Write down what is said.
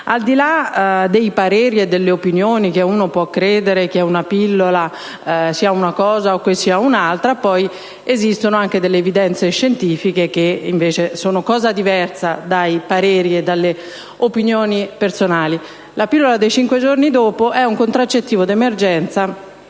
al di là del fatto che ciascuno può credere che la pillola sia una cosa o un'altra, esistono delle evidenze scientifiche che, invece, sono cosa diversa dai pareri e dalle opinioni personali. La pillola dei cinque giorni dopo è un contraccettivo di emergenza